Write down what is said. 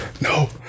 No